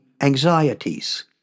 anxieties